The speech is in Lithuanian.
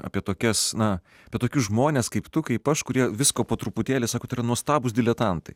apie tokias na apie tokius žmones kaip tu kaip aš kurie visko po truputėlį sako tai yra nuostabūs diletantai